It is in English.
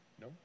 No